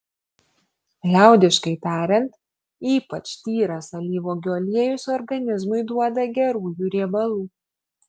liaudiškai tariant ypač tyras alyvuogių aliejus organizmui duoda gerųjų riebalų